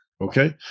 okay